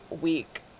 week